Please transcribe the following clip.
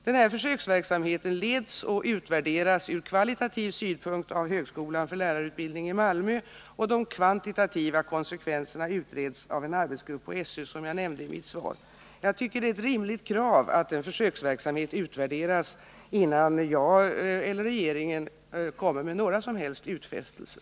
Denna försöksverksamhet leds och utvärderas ur kvalitativ synpunkt av högskolan för lärarutbildning i Malmö, och de kvantitativa konsekvenserna utreds av en arbetsgrupp på SÖ, som jag nämnde i mitt svar. Jag tycker det är ett rimligt krav att den försöksverksamheten utvärderas innan jag eller regeringen gör några som helst utfästelser.